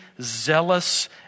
zealous